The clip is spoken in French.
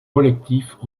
collectifs